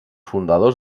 fundadors